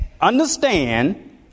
understand